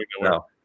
no